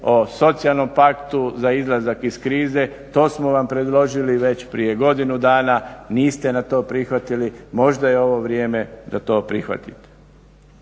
o socijalnom paktu za izlazak iz krize. To smo vam predložili već prije godinu dana, niste to prihvatili. Možda je ovo vrijeme da to prihvatite.